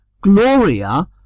Gloria